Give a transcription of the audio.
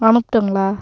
அனுப்பட்டுங்களா